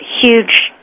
huge